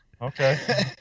okay